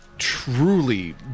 Truly